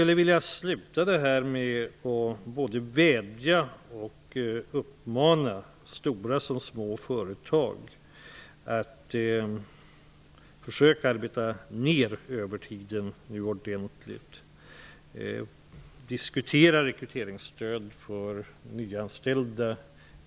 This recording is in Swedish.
Jag avsluta denna debatt med att både vädja och uppmana såväl stora som små företag att försöka att dra ner på övertiden ordentligt. De borde i stället diskutera rekryteringsstöd för nyanställda.